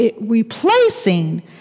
replacing